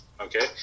okay